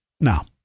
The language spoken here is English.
Now